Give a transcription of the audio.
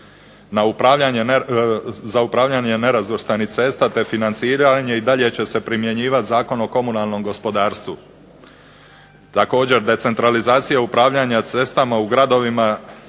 Za upravljanje nerazvrstanih cesta te financiranje i dalje će se primjenjivati Zakon o komunalnom gospodarstvu. Također, decentralizacija upravljanja cestama u gradovima